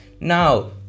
now